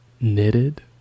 knitted